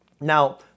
Now